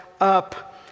up